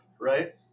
right